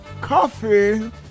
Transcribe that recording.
Coffee